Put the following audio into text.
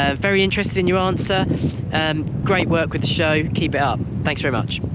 ah very interested in your answer and great work with the show. keep it up. thanks very much.